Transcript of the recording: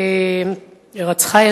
הירצחה,